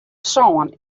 sân